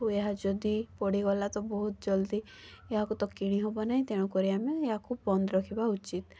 ଓ ଏହା ଯଦି ପୋଡ଼ିଗଲା ତ ବହୁତ ଜଲ୍ଦି ଏହାକୁ ତ କିଣି ହେବ ନାହିଁ ତେଣୁକରି ଆମେ ଏହାକୁ ବନ୍ଦ ରଖିବା ଉଚିତ୍